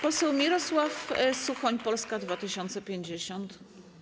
Poseł Mirosław Suchoń, Polska 2050.